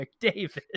McDavid